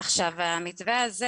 רוצה לומר, הילה?